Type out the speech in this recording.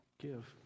give